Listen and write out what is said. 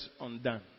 undone